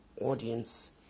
audience